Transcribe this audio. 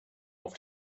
auf